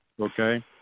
okay